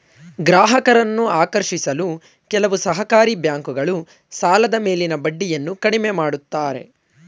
ಗ್ರಾಹಕರನ್ನು ಆಕರ್ಷಿಸಲು ಕೆಲವು ಸಹಕಾರಿ ಬ್ಯಾಂಕುಗಳು ಸಾಲದ ಮೇಲಿನ ಬಡ್ಡಿಯನ್ನು ಕಡಿಮೆ ಮಾಡುತ್ತಾರೆ